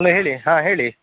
hello ಹೇಳಿ ಹಾಂ ಹೇಳಿ